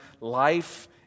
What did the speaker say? life